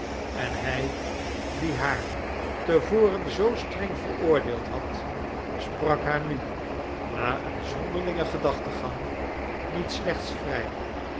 en hij die haar te voren zoo streng veroordeeld had sprak haar nu na een zonderlingen gedachtengang niet slechts vrij